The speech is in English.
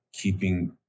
keeping